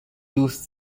دوست